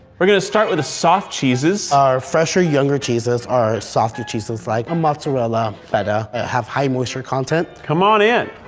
we're going to start with the soft cheeses. our fresher, younger cheeses are softer cheese like a mozzarella, feta, that have high moisture content. come on in.